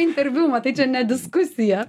interviu matai čia ne diskusija